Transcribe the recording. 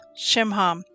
Shimham